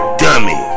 dummy